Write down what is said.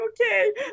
okay